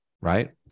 Right